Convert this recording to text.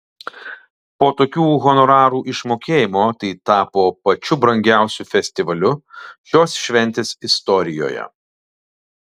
po tokių honorarų išmokėjimo tai tapo pačiu brangiausiu festivaliu šios šventės istorijoje